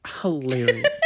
Hilarious